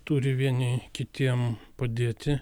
turi vieni kitiem padėti